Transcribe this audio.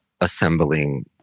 assembling